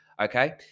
Okay